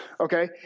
Okay